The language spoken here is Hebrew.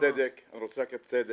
וליד: אני רוצה רק צדק.